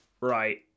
right